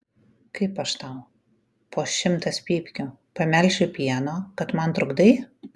kaip aš tau po šimtas pypkių pamelšiu pieno kad man trukdai